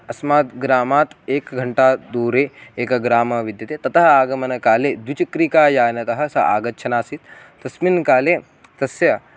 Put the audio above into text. अस्मात् ग्रामात् एकघण्टा दूरे एकः ग्रामः विद्यते ततः आगमनकाले द्विचक्रिकायानतः सा आगच्छन् आसीत् तस्मिन् काले तस्य